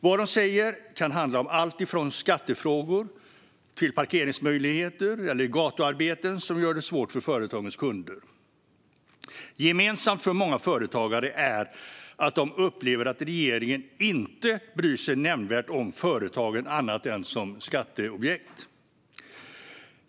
Vad de säger kan handla om alltifrån skattefrågor till parkeringsmöjligheter eller gatuarbeten som gör det svårt för företagens kunder Gemensamt för många företagare är att de upplever att regeringen inte bryr sig nämnvärt om företagen annat än som skatteobjekt.